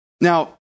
now